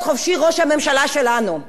אם כל כך אכפת להם,